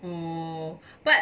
oh but